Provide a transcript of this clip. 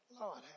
Lord